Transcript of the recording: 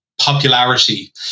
popularity